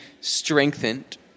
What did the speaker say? strengthened